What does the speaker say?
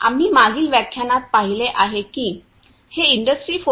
आम्ही मागील व्याख्यानात पाहिले आहे की हे इंडस्ट्री 4